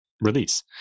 release